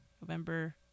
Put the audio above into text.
November